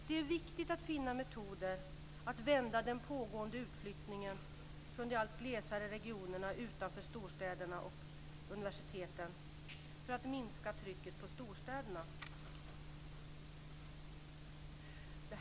Det är viktigt att finna metoder att vända den pågående utflyttningen från de allt glesare regionerna utanför storstäderna och universitetsstäderna för att minska trycket på storstäderna.